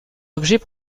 objets